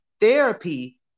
Therapy